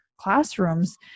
classrooms